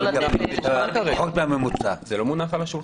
זה לא מונח על השולחן.